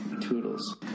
Toodles